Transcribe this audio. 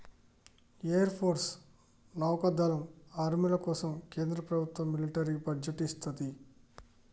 air force, నౌకాదళం, ఆర్మీల కోసం కేంద్ర ప్రభత్వం మిలిటరీ బడ్జెట్ ఇత్తంది